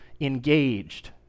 engaged